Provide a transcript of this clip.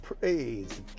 Praise